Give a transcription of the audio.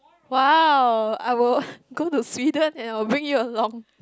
!wow! I will go to Sweden and I will bring you along